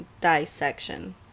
dissection